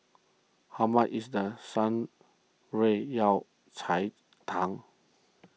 how much is the Shan Rui Yao Cai Tang